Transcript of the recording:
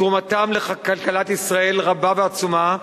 תרומתם לכלכלת ישראל רבה ועצומה,